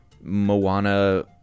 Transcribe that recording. Moana